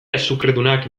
azukredunak